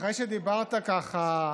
אחרי שדיברת ככה,